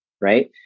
Right